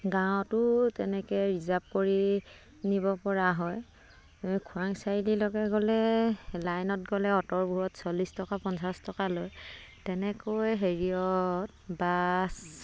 গাঁৱতো তেনেকৈ ৰিজাৰ্ভ কৰি নিব পৰা হয় খৰাং চাৰিআল লগে গ'লে লাইনত গ'লে অ'টোবোৰত চল্লিছ টকা পঞ্চাছ টকা লয় তেনেকৈ হেৰিয়ত বাছ